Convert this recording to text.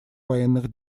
военных